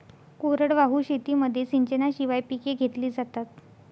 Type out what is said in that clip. कोरडवाहू शेतीमध्ये सिंचनाशिवाय पिके घेतली जातात